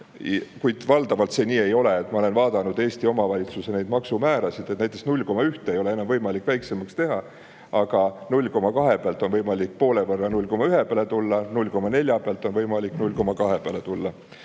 Kuid valdavalt see nii ei ole. Ma olen vaadanud Eesti omavalitsuste maksumäärasid. Näiteks määra 0,1% ei ole enam võimalik väiksemaks teha, aga 0,2 pealt on võimalik poole võrra alla, 0,1 peale tulla, 0,4 pealt on võimalik 0,2 peale tulla.